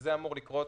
שזה אמור לקרות